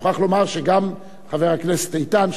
אני מוכרח לומר שגם חבר הכנסת איתן,